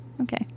okay